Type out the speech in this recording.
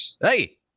Hey